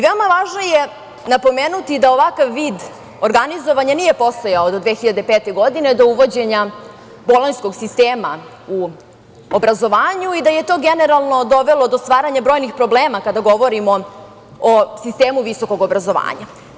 Veoma važno je napomenuti da ovakav vid organizovanja nije postojao od 2005. godine do uvođenja Bolonjskog sistema u obrazovanju i da je to generalno dovelo do staranja brojnih problema, kada govorimo o sistemu visokog obrazovanja.